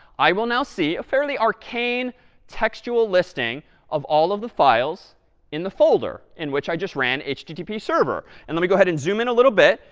i will now see a fairly arcane textual listing of all of the files in the folder in which i just ran http server. and let me go ahead and zoom in a little bit,